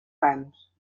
pans